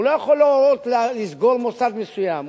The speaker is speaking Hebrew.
הוא לא יכול להורות לסגור מוסד מסוים,